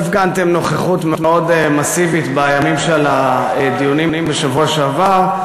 לא הפגנתם נוכחות מאוד מסיבית בימים של הדיונים בשבוע שעבר,